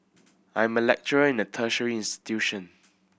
I am a lecturer in a tertiary institution